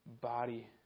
body